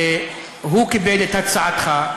הוא קיבל את הצעתך,